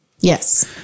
Yes